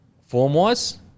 Form-wise